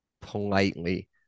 politely